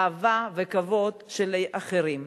אהבה וכבוד לאחרים.